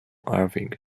irving